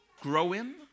growing